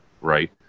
right